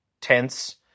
tense